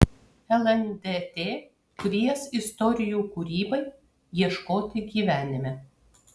lndt kvies istorijų kūrybai ieškoti gyvenime